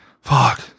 fuck